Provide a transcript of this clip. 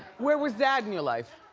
where was dad in your life?